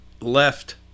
left